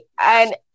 and-